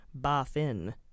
BaFin